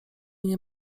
nie